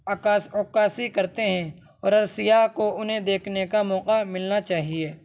عکاس عکاسی کرتے ہیں اور ہر سیاہ کو انہیں دیکھنے کا موقع ملنا چاہیے